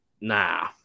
nah